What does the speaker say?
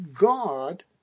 God